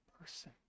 person